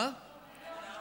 תודה רבה.